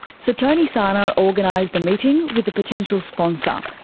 so tony sarno organised a meeting with a potential sponsor,